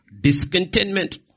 discontentment